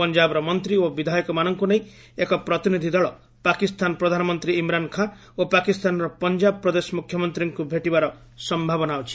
ପଞ୍ଜାବର ମନ୍ତ୍ରୀ ଓ ବିଧାୟକମାନଙ୍କୁ ନେଇ ଏକ ପ୍ରତିନିଧି ଦଳ ପାକିସ୍ତାନ ପ୍ରଧାନମନ୍ତ୍ରୀ ଇମ୍ରାନ୍ ଖାଁ ଓ ପାକିସ୍ତାନର ପଞ୍ଜାବ ପ୍ରଦେଶ ମୁଖ୍ୟମନ୍ତ୍ରୀଙ୍କୁ ଭେଟିବାର ସନ୍ତାବନା ଅଛି